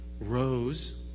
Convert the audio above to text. rose